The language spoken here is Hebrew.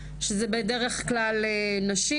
שזה בדרך כלל נשים.